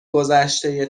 گذشته